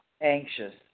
anxious